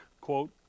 quote